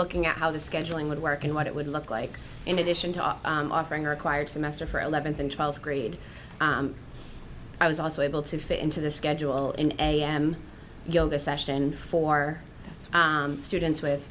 looking at how the scheduling would work and what it would look like in addition to offering a required semester for eleventh and twelfth grade i was also able to fit into the schedule in am yoga session for students with